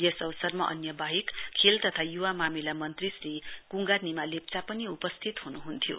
यस अवसरमा अन्य वाहेक खेल तथा युवा मामिला मन्त्री श्री कुंगा निमा लेप्चा पनि उपस्थित हुनुहन्थ्यो